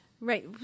Right